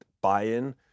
buy-in